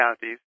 counties